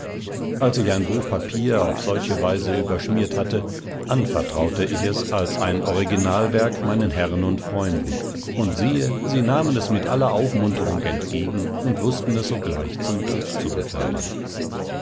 als ich ein buch papier auf solche weise überschmiert hatte anvertraute ich es als ein originalwerk meinen herren und freunden und siehe sie nahmen es mit aller aufmunterung entgegen und wußten es sogleich zum druck zu befördern